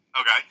okay